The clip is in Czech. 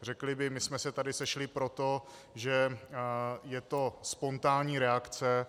Řekli by: my jsme se tady sešli proto, že je to spontánní reakce.